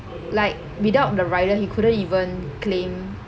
like without the rider he couldn't even claim